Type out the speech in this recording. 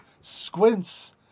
squints